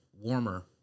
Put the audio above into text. warmer